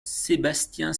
sébastien